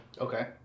Okay